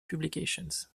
publications